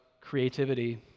creativity